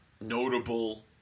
notable